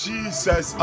Jesus